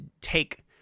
take